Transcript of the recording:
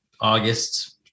August